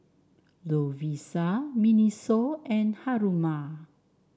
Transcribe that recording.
Lovisa Miniso and Haruma